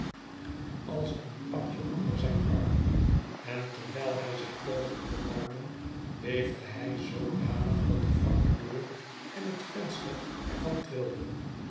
als een pakje onder zijn arm en terwijl hij zich poogde te warmen beefde hij zoodanig dat de wrakke deur en hét venster er van trilden